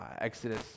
Exodus